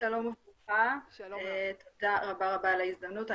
שלום ותודה על ההזדמנות.